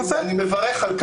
אני מברך על כך.